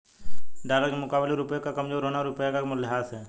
dollar के मुकाबले रुपए का कमज़ोर होना रुपए का मूल्यह्रास है